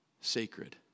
sacred